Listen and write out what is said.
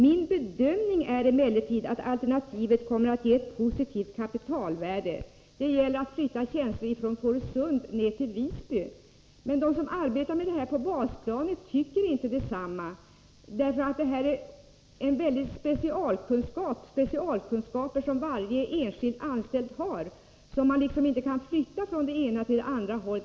—— Min bedömning är emellertid att alternativet kommer att ge ett positivt kapitalvärde.” Det gäller en flyttning av tjänster från Fårösund ned till Visby. De som arbetar med detta på basplanet tycker emellertid inte detsamma. Det rör sig här om specialkunskaper som varje enskild anställd har och som man inte kan flytta från den ena platsen till den andra.